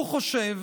הוא חושב